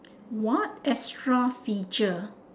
what extra feature